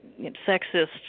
sexist